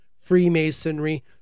Freemasonry